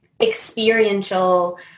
experiential